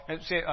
See